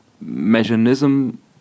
mechanism